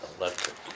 electric